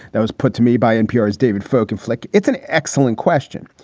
that was put to me by npr's david folkenflik. it's an excellent question,